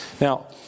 Now